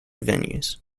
venues